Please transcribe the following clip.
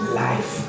life